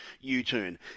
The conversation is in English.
U-turn